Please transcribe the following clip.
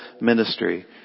ministry